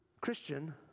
Christian